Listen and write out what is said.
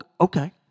okay